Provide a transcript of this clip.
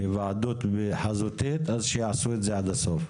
היוועדות חזותית, שיעשו את זה עד הסוף.